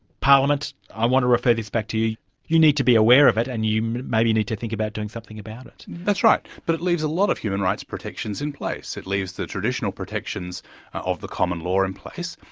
parliament, i want to refer this back to you. you you need to be aware of it, and you maybe need to think about doing something about it. that's right. but it leaves a lot of human rights protections in place. it leaves the traditional protections of the common law in place,